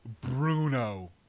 Bruno